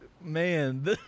man